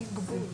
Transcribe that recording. הישיבה נעולה.